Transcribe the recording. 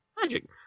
Magic